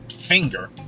finger